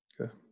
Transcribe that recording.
Okay